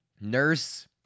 Nurse